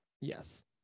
Yes